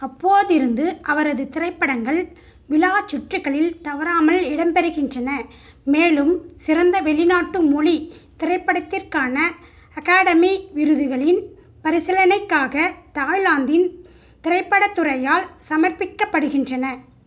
அப்போதிருந்து அவரது திரைப்படங்கள் விழா சுற்றுகளில் தவறாமல் இடம்பெறுகின்றன மேலும் சிறந்த வெளிநாட்டு மொழி திரைப்படத்திற்கான அகாடமி விருதுகளின் பரிசீலனைக்காக தாய்லாந்தின் திரைப்படத் துறையால் சமர்ப்பிக்கப்படுகின்றன